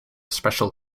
special